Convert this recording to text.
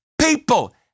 people